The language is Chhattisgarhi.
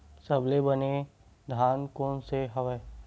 सबले बने धान कोन से हवय?